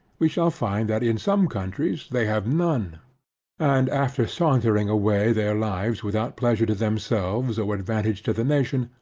we shall find that in some countries they have none and after sauntering away their lives without pleasure to themselves or advantage to the nation,